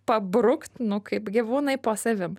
pabrukt nu kaip gyvūnai po savim